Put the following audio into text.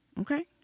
Okay